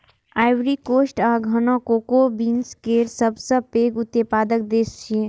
Ivory Coast आ Ghana cocoa beans केर सबसं पैघ उत्पादक देश छियै